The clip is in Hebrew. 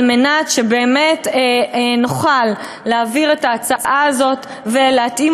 על מנת שבאמת נוכל להעביר את ההצעה הזאת ולהתאים